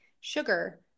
sugar